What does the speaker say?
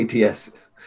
ATS